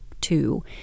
Two